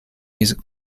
music